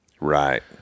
Right